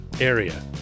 area